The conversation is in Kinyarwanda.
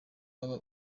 waba